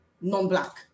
non-black